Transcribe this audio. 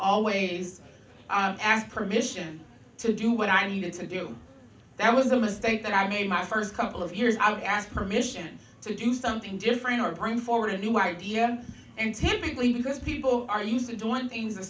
always ask permission to do what i mean it's a do that was a mistake that i made my first couple of years i ask permission to do something different or bring forward a new idea and typically because people are used to one things a